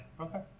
Okay